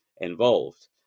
involved